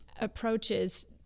approaches